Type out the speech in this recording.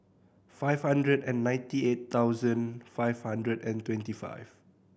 five hundred and ninety eight thousand five hundred and twenty five